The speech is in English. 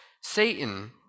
Satan